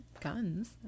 guns